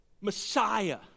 Messiah